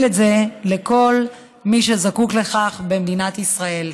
את זה לכל מי שזקוק לכך במדינת ישראל.